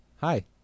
Hi